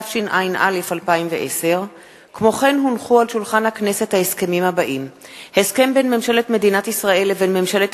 התשע"א 2010. הסכם בין ממשלת מדינת ישראל לבין ממשלת